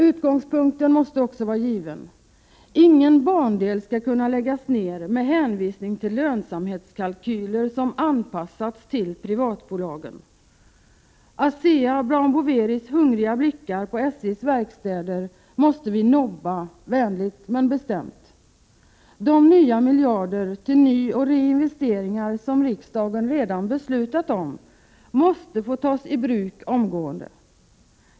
Utgångspunkten måste emellertid vara given: Ingen bandel skall kunna läggas ned med hänvisning till lönsamhetskalkyler som anpassats till privatbolagen. Asea Brown Boveris hungriga blickar på SJ:s verkstäder måste vi nobba, vänligt men bestämt. De nya miljarderna till nyoch reinvesteringar som riksdagen redan beslutat om måste få tas i bruk omgående.